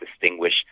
distinguish